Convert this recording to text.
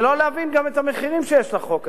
שלא להבין גם את המחירים שיש לחוק הזה.